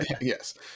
Yes